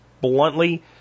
bluntly